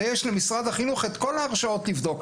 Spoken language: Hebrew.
הרי יש למשרד החינוך את כל ההרשאות לבדוק,